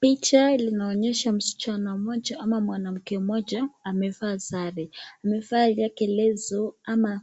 Picha linaonyesha msichana mmoja ama mwanamke mmoja amevaa sare. Amevaa yake leso ama